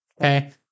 okay